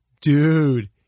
dude